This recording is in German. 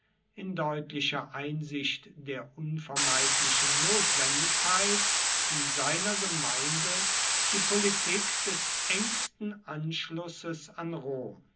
in deutlicher einsicht der unvermeidlichen notwendigkeit in seiner gemeinde die politik des engsten anschlusses an rom